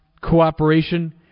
cooperation